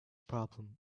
problem